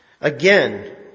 Again